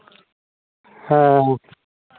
ᱦᱮᱸ